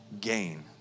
gain